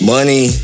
Money